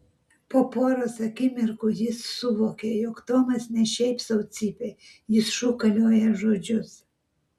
po poros akimirkų jis suvokė jog tomas ne šiaip sau cypia jis šūkalioja žodžius